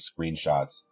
screenshots